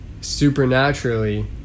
supernaturally